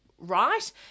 right